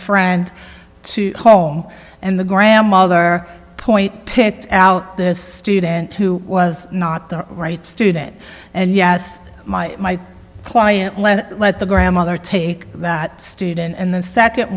friend to home and the grandmother point picked out this student who was not the right student and yes my client let the grandmother take that student and the second